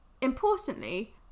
importantly